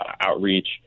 outreach